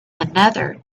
another